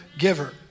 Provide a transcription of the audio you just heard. giver